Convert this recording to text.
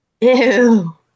ew